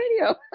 Radio